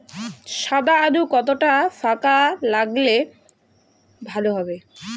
সাদা আলু কতটা ফাকা লাগলে ভালো হবে?